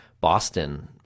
Boston